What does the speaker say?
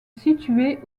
situé